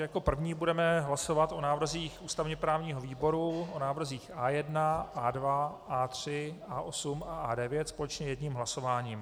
Jako první budeme hlasovat o návrzích ústavněprávního výboru, o návrzích A1, A2, A3, A8, A9, společně jedním hlasováním.